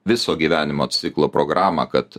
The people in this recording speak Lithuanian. viso gyvenimo ciklo programą kad